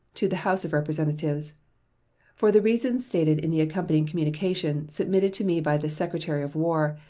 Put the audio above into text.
to the house of representatives for the reason stated in the accompanying communication, submitted to me by the secretary of war,